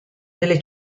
delle